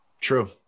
true